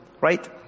Right